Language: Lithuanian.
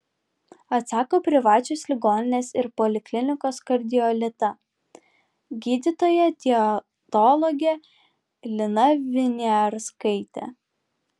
atsako privačios ligoninės ir poliklinikos kardiolita gydytoja dietologė lina viniarskaitė